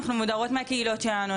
אנחנו מודרות מהקהילות שלנו,